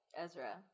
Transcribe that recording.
Ezra